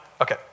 Okay